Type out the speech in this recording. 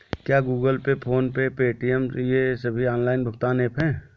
क्या Google Pay PhonePe Paytm ये सभी ऑनलाइन भुगतान ऐप हैं?